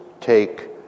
take